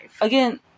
Again